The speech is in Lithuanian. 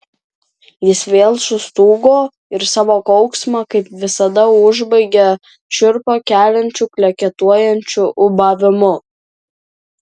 jis vėl sustūgo ir savo kauksmą kaip visada užbaigė šiurpą keliančiu kleketuojančiu ūbavimu